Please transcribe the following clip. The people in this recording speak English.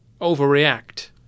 overreact